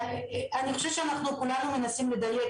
אני חושבת שאנחנו כולנו מנסים לדייק.